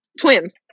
twins